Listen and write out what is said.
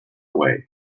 away